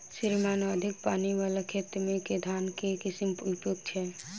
श्रीमान अधिक पानि वला खेत मे केँ धान केँ किसिम उपयुक्त छैय?